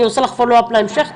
אני עושה לך follow up להמשך.